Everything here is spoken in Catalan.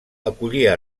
acollia